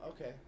okay